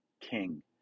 king